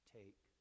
take